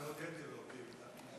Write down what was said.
כבר הודיתי לו.